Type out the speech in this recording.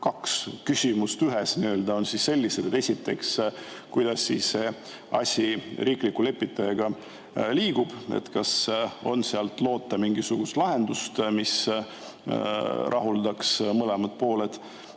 kaks küsimust ühes on sellised. Esiteks, kuidas see asi riikliku lepitajaga liigub, kas on sealt loota mingisugust lahendust, mis rahuldaks mõlemat poolt?